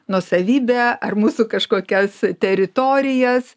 nuosavybę ar mūsų kažkokias teritorijas